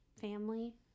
family